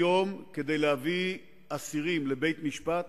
היום כדי להביא אסירים לבית-משפט